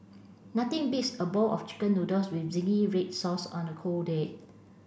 nothing beats a bowl of chicken noodles with zingy red sauce on a cold day